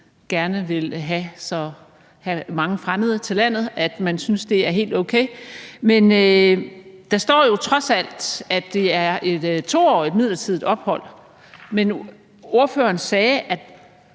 gerne vil have så mange fremmede til landet, at man synes, det er helt okay. Men der står jo trods alt, at det er et 2-årigt midlertidigt ophold. Men ordføreren sagde, at